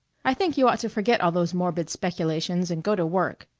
i think you ought to forget all those morbid speculations and go to work.